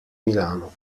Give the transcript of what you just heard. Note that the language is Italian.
milano